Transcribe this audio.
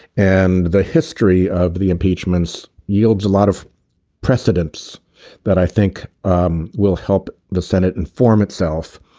and the history of the impeachments yields a lot of precedents that i think um will help the senate inform itself.